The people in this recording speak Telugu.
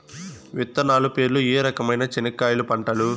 విత్తనాలు పేర్లు ఏ రకమైన చెనక్కాయలు పంటలు?